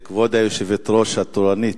כבוד היושבת-ראש התורנית,